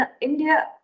India